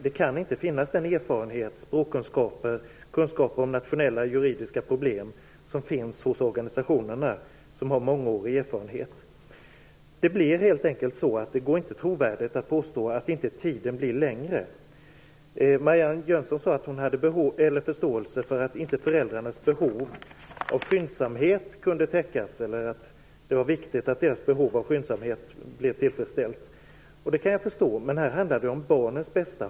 De kan inte ha den kunskap om internationella juridiska problem som finns hos organisationerna, där man har en mångårig erfarenhet. Det går helt enkelt inte trovärdigt att påstå att tidsåtgången inte blir längre. Marianne Jönsson sade att det är viktigt att föräldrarnas behov av skyndsamhet blir tillfredsställt. Det kan jag förstå, men här handlar det om barnets bästa.